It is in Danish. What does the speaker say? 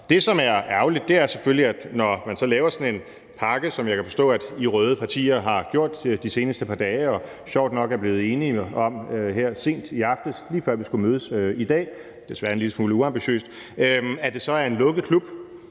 Det, som er ærgerligt, når man laver sådan en pakke, som jeg kan forstå I røde partier har gjort de seneste par dage og sjovt nok er blevet enige om her sent i aftes, lige før vi skulle mødes i dag – desværre en lille smule uambitiøst – er selvfølgelig, at det så er en lukket klub.